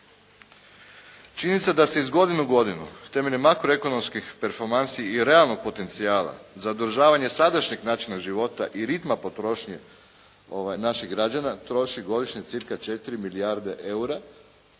Činjenica da se iz godine u godinu temeljem makro ekonomskih perfomansi i realnog potencijala, zadržavanje sadašnjeg načina života i ritma potrošnje naših građana troši godišnje cirka 4 milijarde eura,